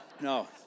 No